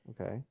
okay